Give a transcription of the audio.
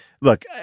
Look